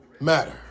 matter